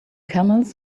camels